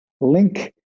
link